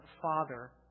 Father